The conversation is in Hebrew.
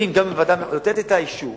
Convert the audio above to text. הוועדה נותנת את האישור